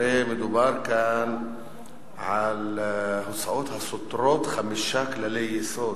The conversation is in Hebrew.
הרי מדובר כאן על הוצאות הסותרות חמישה כללי יסוד,